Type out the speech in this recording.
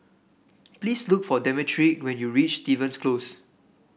please look for Demetric when you reach Stevens Close